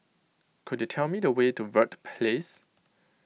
could you tell me the way to Verde Place